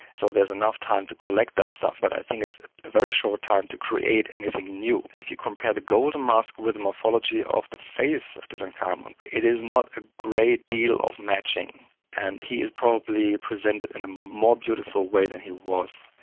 so there's enough time to collect that stuff but i think it's a very short time to create anything new. if you compare the golden mask with morphology of the face of tutankhamen, it is not a great deal of matching and he is probably presented in a more beautiful way than he was.